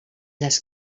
les